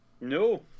no